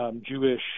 Jewish